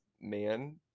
man